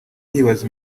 yibaza